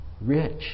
rich